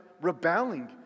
rebelling